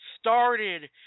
started